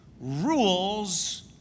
rules